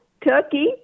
Turkey